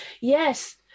Yes